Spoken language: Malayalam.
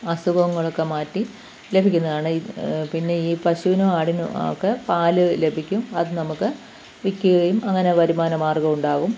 അസുഖങ്ങളൊക്കെ മാറ്റി ലഭിക്കുന്നതാണ് പിന്നെ ഈ പശുവിന് ആടിനും ഒക്കെ പാൽ ലഭിക്കും അതു നമുക്ക് വിൽക്കുകയും അങ്ങനെ വരുമാന മാർഗ്ഗവുണ്ടാകും